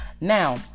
Now